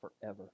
forever